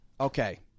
Okay